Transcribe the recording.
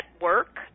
work